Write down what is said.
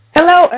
Hello